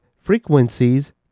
frequencies